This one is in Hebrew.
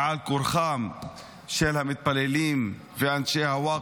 בעל כורחם של המתפללים ואנשי הוואקף,